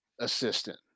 assistant